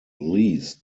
lease